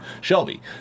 Shelby